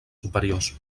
superiors